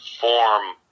form